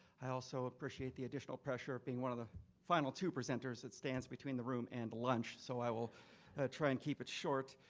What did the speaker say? i also appreciate the additional pressure of being one of the final two presenters that stands between the room and lunch, so i will try and keep it short.